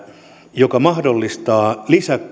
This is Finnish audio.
joka mahdollistaa